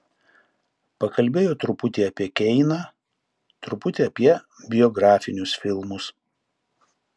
pakalbėjo truputį apie keiną truputį apie biografinius filmus